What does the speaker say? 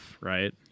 right